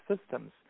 systems